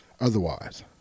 otherwise